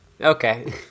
Okay